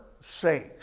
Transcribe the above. sakes